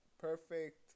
perfect